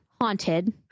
haunted